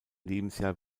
lebensjahr